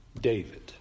David